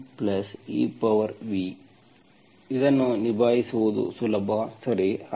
ಇದನ್ನು ನಿಭಾಯಿಸುವುದು ಸುಲಭ ಸರಿ